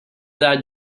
that